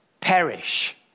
perish